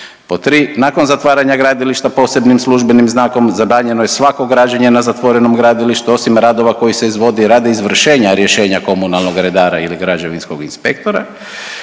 Pod „3. nakon zatvaranja gradilišta posebnim službenim znakom zabranjeno je svako građenje na zatvorenom gradilištu osim radova koji se izvodi radi izvršenja rješenja komunalnog redara ili građevinskog inspektora“.